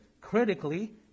critically